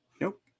Nope